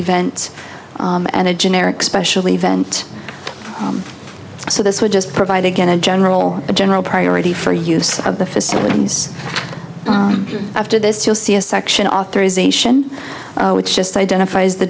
events and a generic special event so this would just provide again a general a general priority for use of the facilities after this you'll see a section authorisation which just identifies the